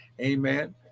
amen